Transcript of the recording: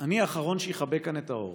אני האחרון שיכבה כאן את האור.